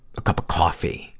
a cup of coffee?